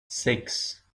six